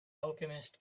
alchemist